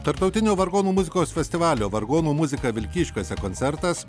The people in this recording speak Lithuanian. tarptautinio vargonų muzikos festivalio vargonų muzika vilkyškiuose koncertas